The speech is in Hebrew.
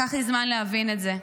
לקח לי זמן להבין את זה,